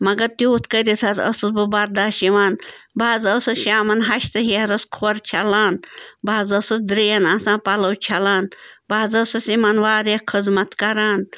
مگر تیوٗت کٔرِتھ حظ ٲسٕس بہٕ بَرداشت یِوان بہٕ حظ ٲسٕس شامَن ہَش تہِ ہیٚہرَس کھۄر چھَلان بہٕ حظ ٲسٕس دٕرٛیَن آسان پَلو چھَلان بہٕ حظ ٲسٕس یِمَن واریاہ خٔذمَت کَران